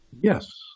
Yes